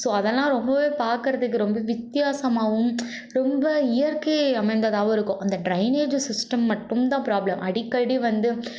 so அதெல்லாம் ரொம்பவே பார்க்கறதுக்கு ரொம்ப வித்தியாசமாகவும் ரொம்ப இயற்கை அமைந்ததாகவும் இருக்கும் அந்த ட்ரைனேஜ் சிஸ்டம் மட்டும் தான் ப்ராப்லம் அடிக்கடி வந்து